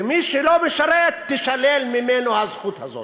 ומי שלא משרת, תישלל ממנו הזכות הזאת.